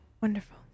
Wonderful